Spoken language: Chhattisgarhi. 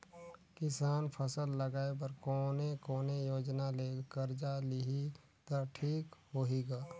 किसान फसल लगाय बर कोने कोने योजना ले कर्जा लिही त ठीक होही ग?